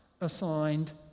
assigned